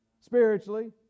spiritually